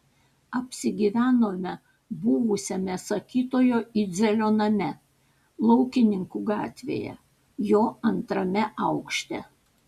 apsigyvenome buvusiame sakytojo idzelio name laukininkų gatvėje jo antrame aukšte